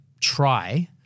try